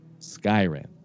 Skyrim